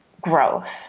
growth